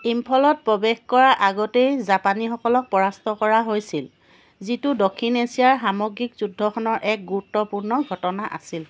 ইম্ফলত প্ৰৱেশ কৰাৰ আগতেই জাপানীসকলক পৰাস্ত কৰা হৈছিল যিটো দক্ষিণ এছিয়াৰ সামগ্ৰিক যুদ্ধখনৰ এক গুৰুত্বপূৰ্ণ ঘটনা আছিল